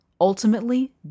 ultimately